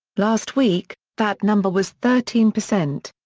last week, that number was thirteen percent.